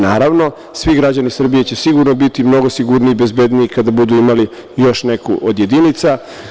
Naravno, svi građani Srbije će sigurno biti mnogo sigurniji i bezbedniji kada budu imali još neku od jedinica.